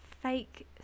fake